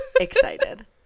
excited